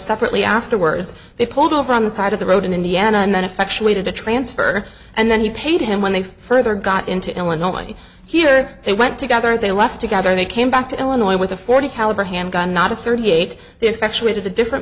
separately afterwards they pulled over on the side of the road in indiana and then effectuated a transfer and then he paid him when they further got into illinois here they went together they left together they came back to illinois with a forty caliber handgun not a thirty eight they effectuated a different